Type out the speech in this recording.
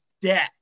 death